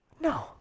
no